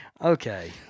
Okay